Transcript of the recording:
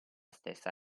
stessa